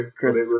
Chris